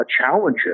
challenges